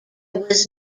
was